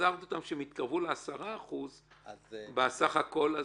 הזהרתי אותם שאם הם יתקרבו בסך הכול ל-10%,